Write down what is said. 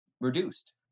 reduced